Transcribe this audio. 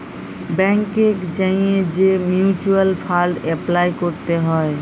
ব্যাংকে যাঁয়ে যে মিউচ্যুয়াল ফাল্ড এপলাই ক্যরতে হ্যয়